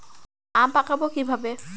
আম পাকাবো কিভাবে?